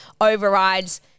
overrides